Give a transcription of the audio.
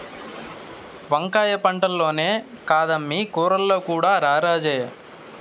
వంకాయ పంటల్లోనే కాదమ్మీ కూరల్లో కూడా రారాజే